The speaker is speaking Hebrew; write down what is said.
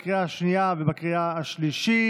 לקריאה השנייה ולקריאה השלישית.